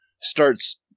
starts